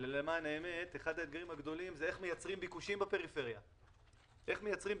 אני שואל האם כבוד השר יכול אני יודע את עמדתו